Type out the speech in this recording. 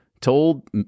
told